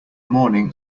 morning